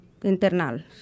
internal